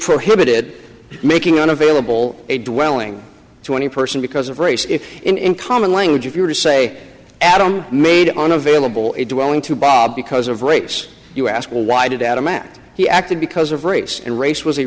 prohibited making unavailable a dwelling to any person because of race if in common language if you were to say adam made on available it dwelling to bob because of race you ask why did adam act he acted because of race and race was the